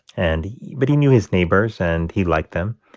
and but he knew his neighbors, and he liked them.